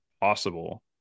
possible